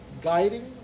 guiding